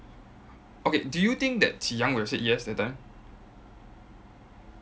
okay do you think that qi yang would have said yes that time